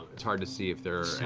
it's hard to see if there